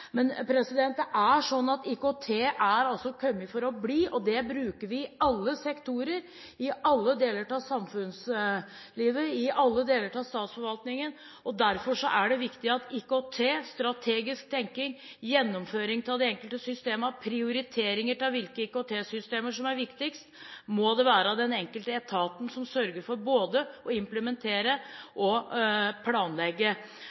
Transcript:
IKT er kommet for å bli, og det bruker vi i alle sektorer, i alle deler av samfunnslivet, i alle deler av statsforvaltningen. Derfor er det viktig at IKT, strategisk tenking, gjennomføring av de enkelte systemene og prioritering av hvilke IKT-systemer som er viktigst, må gjøres av den enkelte etaten, som sørger for både å implementere og planlegge.